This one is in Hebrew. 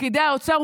פקידי האוצר,